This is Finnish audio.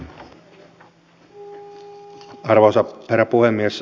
arvoisa herra puhemies